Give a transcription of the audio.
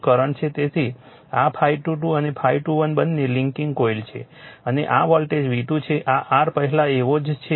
તેથી આ ∅22 અને ∅21 બંને લિંકિંગ કોઇલ છે અને આ વોલ્ટેજ V2 છે આ r પહેલા જેવો જ છે